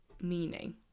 meaning